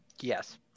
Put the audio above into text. yes